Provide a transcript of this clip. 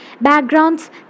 backgrounds